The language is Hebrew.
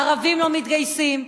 ערבים לא מתגייסים,